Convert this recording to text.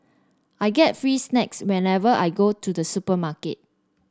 I get free snacks whenever I go to the supermarket